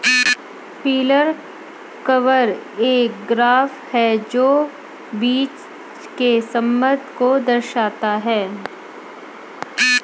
yield curve एक graph है जो बीच के संबंध को दर्शाता है